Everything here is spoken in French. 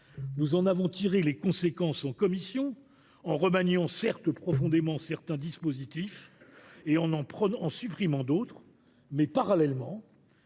Nous en avons tiré les conséquences en commission, en remaniant certes profondément certains dispositifs et en en supprimant d’autres, mais, parallèlement,